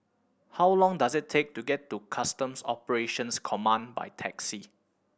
how long does it take to get to Customs Operations Command by taxi